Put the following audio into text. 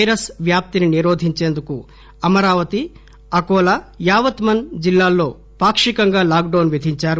virus వ్యాప్తిని నిరోధించేందుకు Amaravati Akola Yavatmal జిల్లాల్లో పాక్షికంగా లాక్ డౌన్ విధించారు